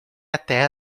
até